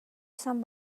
izan